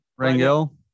Rangel